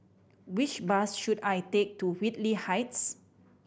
which bus should I take to Whitley Heights